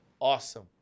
awesome